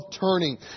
turning